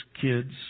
kids